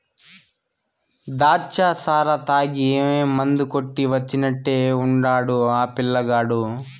దాచ్చా సారా తాగి మందు కొట్టి వచ్చినట్టే ఉండాడు ఆ పిల్లగాడు